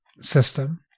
system